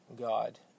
God